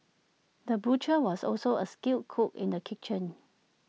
the butcher was also A skilled cook in the kitchen